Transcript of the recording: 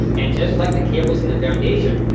and just like the cables in the foundation,